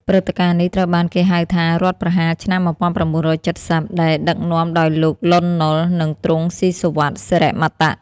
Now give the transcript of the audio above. ព្រឹត្តិការណ៍នេះត្រូវបានគេហៅថា "រដ្ឋប្រហារឆ្នាំ ១៩៧០" ដែលដឹកនាំដោយលោក លន់ នល់ និងទ្រង់ ស៊ីសុវត្ថិ សិរិមតៈ។